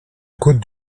côte